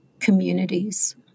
communities